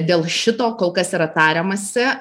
dėl šito kol kas yra tariamasi